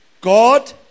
God